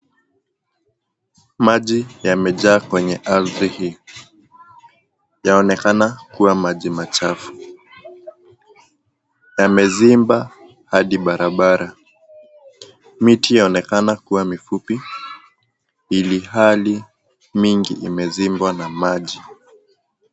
Maji yamejaa kwenye ardhi hii, inaonekana kuwa maji machafu yamevimba Hadi barabara . Miti inaonekana kuwa mifupi ilhali mingi imezimbwa na maji.